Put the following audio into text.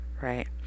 right